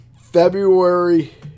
february